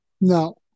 No